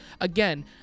again